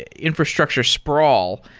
infrastructure sprawl.